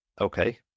Okay